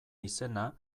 izena